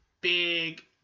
big